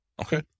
Okay